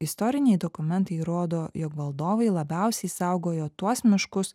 istoriniai dokumentai rodo jog valdovai labiausiai saugojo tuos miškus